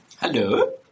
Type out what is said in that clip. Hello